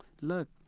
look